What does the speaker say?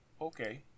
okay